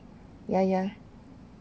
ya ya